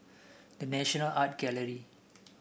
The National Art Gallery